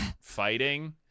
fighting